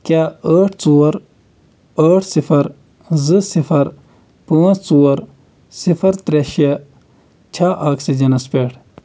کیٛاہ ٲٹھ ژور ٲٹھ صِفَر زٕ صِفَر پانٛژھ ژور صِفَر ترٛےٚ شےٚ چھےٚ آکسِجنَس پٮ۪ٹھ